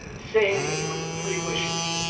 saying the three wishes.